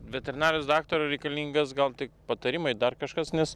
veterinarijos daktaro reikalingas gal tik patarimai dar kažkas nes